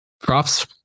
props